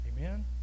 Amen